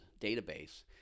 database